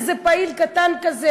איזה פעיל קטן כזה,